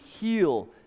heal